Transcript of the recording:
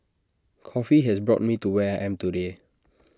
coffee has brought me to where I am today